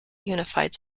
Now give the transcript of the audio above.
unified